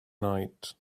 night